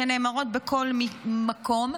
שנאמרות בכל מקום.